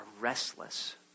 restless